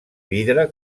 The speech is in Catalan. vidre